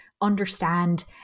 understand